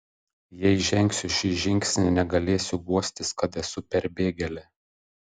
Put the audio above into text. jei žengsiu šį žingsnį negalėsiu guostis kad esu perbėgėlė